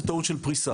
זה טעות של פריסה.